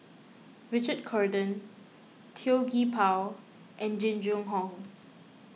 Richard Corridon Tan Gee Paw and Jing Jun Hong